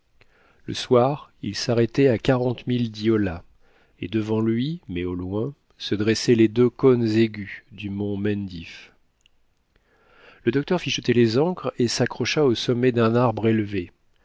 le soir il s'arrêtait à quarante milles d'yola et devant lui mais au loin se dressaient les deux cônes aigus du mont mendif le docteur fit jeter les ancres et s'accrocha au sommet d'un arbre élevé